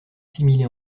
similé